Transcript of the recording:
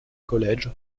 college